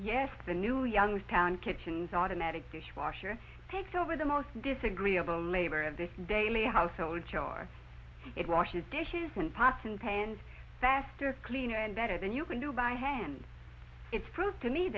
yes the new youngstown kitchens automatic dishwasher takes over the most disagreeable labor of the daily household charge it washes dishes and pots and pans faster cleaner and better than you can do by hand it's proved to me